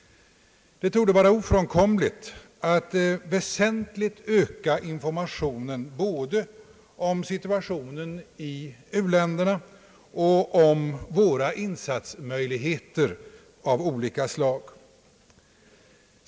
Det torde vara ofrånkomligt att väsentligt öka informationen både om situationen i u-länderna och om våra insatsmöjligheter av olika slag.